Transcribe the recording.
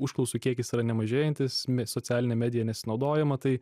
užklausų kiekis yra nemažėjantis mi socialine medija nesinaudojama tai